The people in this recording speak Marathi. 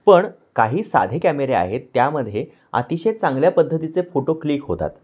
पण काही साधे कॅमेरे आहेत त्यामध्ये अतिशय चांगल्या पद्धतीचे फोटो क्लिक होतात